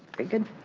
very good,